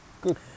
Good